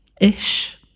ish